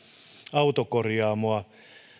autokorjaamoa